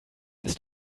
ist